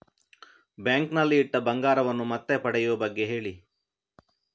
bank ನಲ್ಲಿ ಇಟ್ಟ ಬಂಗಾರವನ್ನು ಮತ್ತೆ ಪಡೆಯುವ ಬಗ್ಗೆ ಹೇಳಿ